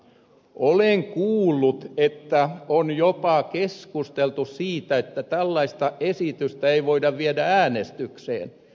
olen kuullut että on jopa keskusteltu siitä että tällaista esitystä ei voida viedä äänestykseen